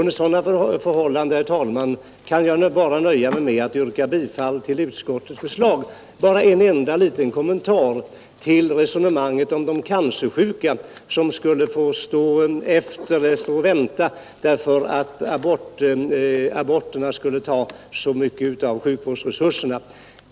Under sådana förhållanden, herr talman, kan jag nöja mig med att yrka bifall till utskottets förslag. Bara en enda liten kommentar till resonemanget om de cancersjuka, som skulle få vänta därför att aborterna skulle ta så mycket av sjukvårdsresurserna i anspråk.